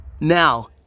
Now